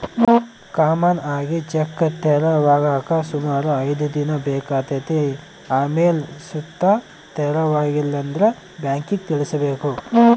common ಆಗಿ check ತೆರವಾಗಾಕ ಸುಮಾರು ಐದ್ ದಿನ ಬೇಕಾತತೆ ಆಮೇಲ್ ಸುತ ತೆರವಾಗಿಲ್ಲಂದ್ರ ಬ್ಯಾಂಕಿಗ್ ತಿಳಿಸ್ಬಕು